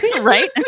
Right